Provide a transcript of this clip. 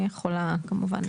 אני יכולה כמובן להציג.